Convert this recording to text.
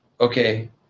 Okay